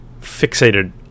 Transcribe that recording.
fixated